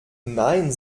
nein